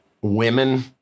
Women